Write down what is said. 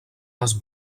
les